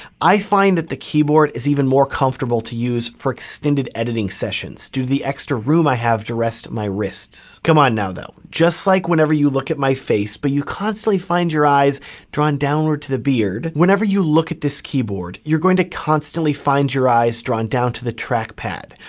i find that the keyboard is even more comfortable to use for extended editing sessions, due to the extra room i have to rest my wrists. come on now though, just like whenever you look at my face but you constantly find your eyes drawn downward to the beard, whenever you look at this keyboard you're going to constantly find your eyes drawn down to the track pad,